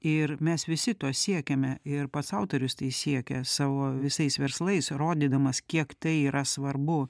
ir mes visi to siekiame ir pats autorius siekia savo visais verslais rodydamas kiek tai yra svarbu